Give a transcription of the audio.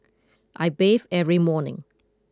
I bathe every morning